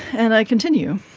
and i continue.